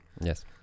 Yes